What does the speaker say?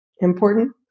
important